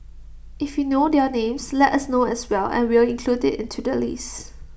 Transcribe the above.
if you know their names let us know as well and we'll include IT into the list